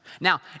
Now